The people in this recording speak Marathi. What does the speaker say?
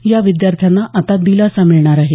या विद्यार्थ्यांना आता दिलासा मिळणार आहे